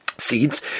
seeds